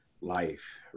life